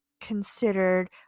considered